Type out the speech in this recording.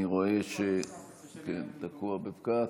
תקוע בפקק.